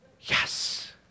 yes